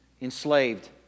enslaved